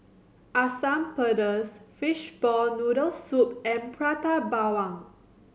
Asam Pedas fishball noodle soup and Prata Bawang